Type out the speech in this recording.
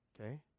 Okay